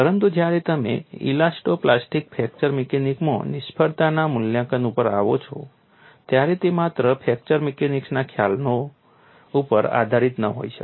પરંતુ જ્યારે તમે ઇલાસ્ટો પ્લાસ્ટિક ફ્રેક્ચર મિકેનિક્સમાં નિષ્ફળતાના મૂલ્યાંકન ઉપર આવો છો ત્યારે તે માત્ર ફ્રેક્ચર મિકેનિક્સના ખ્યાલો ઉપર આધારિત ન હોઈ શકે